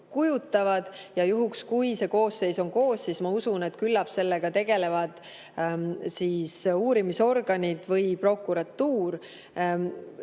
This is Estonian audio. kohta. Juhul, kui see koosseis on koos, ma usun, et küllap sellega tegelevad uurimisorganid või prokuratuur.